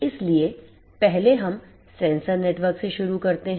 इसलिए पहले हम सेंसर नेटवर्क से शुरू करते हैं